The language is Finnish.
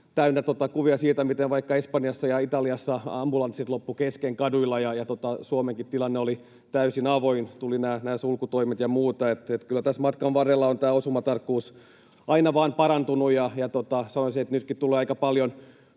täynnä kuvia siitä, miten vaikka Espanjassa ja Italiassa ambulanssit loppuivat kesken kaduilla, ja Suomenkin tilanne oli täysin avoin, tulivat nämä sulkutoimet ja muuta. Kyllä tässä matkan varrella on osumatarkkuus aina vain parantunut, ja sanoisin, että nytkin on tullut aika paljon